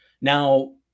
now